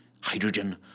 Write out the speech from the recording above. hydrogen